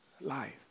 life